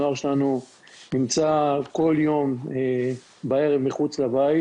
הנוער שלנו נמצא כל יום בערב מחוץ לבית